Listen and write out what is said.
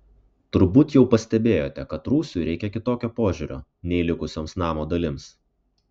turbūt jau pastebėjote kad rūsiui reikia kitokio požiūrio nei likusioms namo dalims